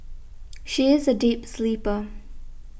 she is a deep sleeper